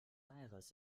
aires